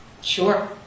Sure